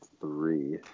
three